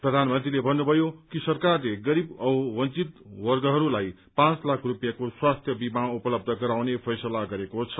प्रधानमन्त्रीले भन्नुभयो कि सरकारले गरीब औ वंचित वर्गहरूलाई पाँच लाख रुपियाँको स्वास्थ्य बीमा उपलब्ध गराउने फैसला गरेको छ